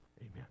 Amen